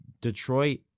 detroit